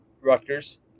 Rutgers